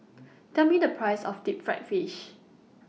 Tell Me The Price of Deep Fried Fish